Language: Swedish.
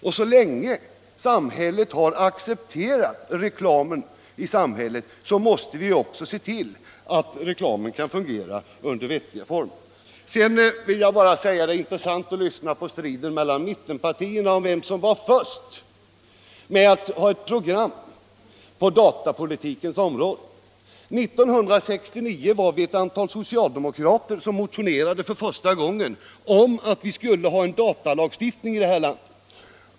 Och så länge samhället har accepterat reklamen måste vi också se till att reklamen kan fungera under vettiga former. Det är intressant att bevittna striden mellan mittenpartierna om vem som var först med att ha ett program på datapolitikens område. 1969 var det ett antal socialdemokrater som för första gången motionerade om att man skulle införa en datalagstiftning i det här landet.